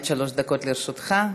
עד שלוש דקות לרשותך.